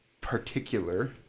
particular